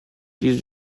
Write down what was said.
die